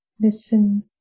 Listen